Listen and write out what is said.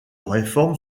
réforme